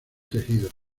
tejidos